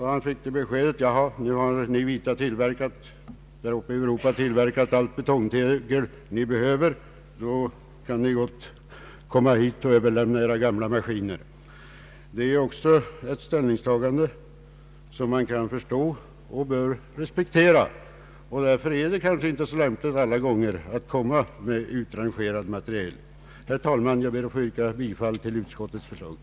Han fick beskedet: ”Ja, nu har ni vita i Europa tillverkat allt det betongtegel ni behöver. Då kan ni komma hit och överlämna era gamla maskiner.” Det är ett ställningstagande som man bör förstå och respektera; därför är det kanske inte alla gånger är så lämpligt att komma med utrangerad materiel. Herr talman! Jag ber att få yrka bifall till utskottets hemställan.